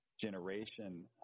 generation